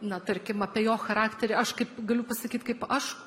na tarkim apie jo charakterį aš kaip galiu pasakyt kaip aš